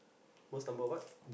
most number what